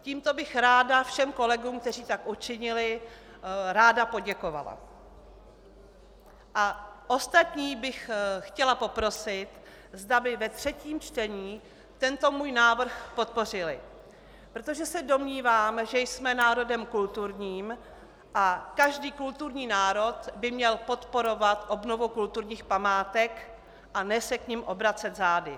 Tímto bych ráda všem kolegům, kteří tak učinili, poděkovala a ostatní bych chtěla poprosit, zda by ve třetím čtení tento můj návrh podpořili, protože se domnívám, že jsme národem kulturním a každý kulturní národ by měl podporovat obnovu kulturních památek, a ne se k nim obracet zády.